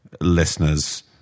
listeners